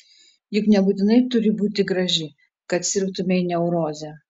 juk nebūtinai turi būti graži kad sirgtumei neuroze